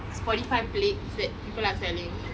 Spotify plates that people are selling